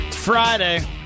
Friday